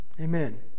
Amen